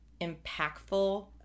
impactful